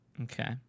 Okay